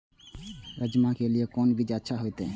राजमा के लिए कोन बीज अच्छा होते?